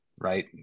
right